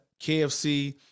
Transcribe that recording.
KFC